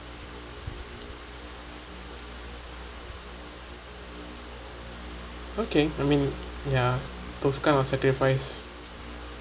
okay I mean those kind of sacrifice